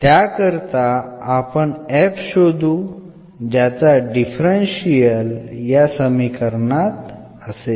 त्याकरिता आपण f शोधू ज्याचा डिफरन्शियल या समीकरणात असेल